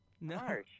No